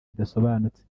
bidasobanutse